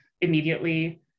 immediately